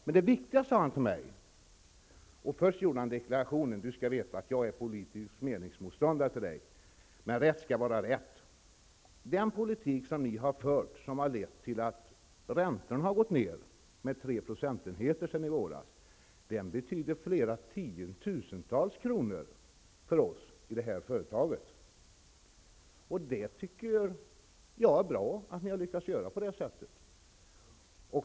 Men det viktiga, sade han till mig -- efter att ha gjort deklarationen ''du skall veta att jag är politisk meningsmotståndare till dig, men rätt skall vara rätt'' -- är att den politik som ni har fört, och som har lett till att räntan har gått ned med tre procentenheter sedan i våras, betyder flera tiotusentals kronor för oss i det här företaget. Jag tycker att det är bra att ni har lyckats göra på det sättet.